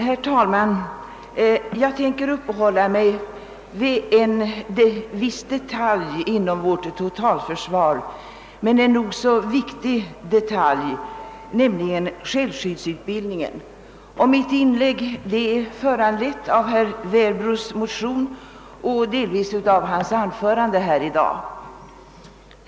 Herr talman! Jag tänker uppehålla mig vid en viss detalj inom vårt totalförsvar men en viktig sådan, nämligen självskyddsutbildningen. Mitt inlägg föranleds av herr Werbros motion och delvis av hans anförande i dag.